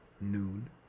Noon